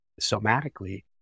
somatically